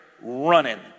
running